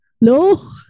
No